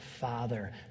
father